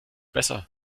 besser